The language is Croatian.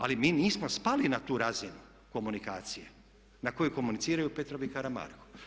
Ali mi nismo spali na tu razinu komunikacije na kojoj komuniciraju Petrov i Karamarko.